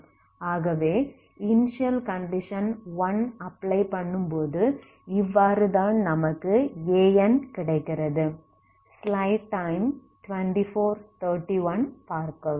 ஆகவே initial condition apply பண்ணும்போது இவ்வாறுதான் நமக்கு An கிடைக்கிறது